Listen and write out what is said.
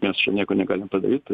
mes čia nieko negalim padaryt